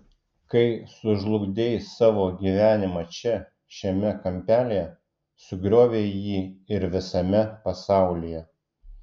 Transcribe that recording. kai sužlugdei savo gyvenimą čia šiame kampelyje sugriovei jį ir visame pasaulyje